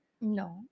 no